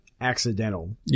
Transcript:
accidental